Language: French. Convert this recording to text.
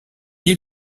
est